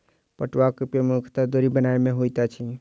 पटुआक उपयोग मुख्यतः डोरी बनयबा मे होइत अछि